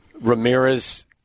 Ramirez